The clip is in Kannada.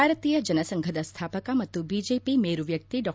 ಭಾರತೀಯ ಜನಸಂಘದ ಸ್ಥಾಪಕ ಮತ್ತು ಬಿಜೆಪಿ ಮೇರು ವ್ಯಕ್ತಿ ಡಾ